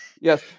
Yes